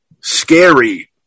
scary